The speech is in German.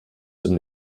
zum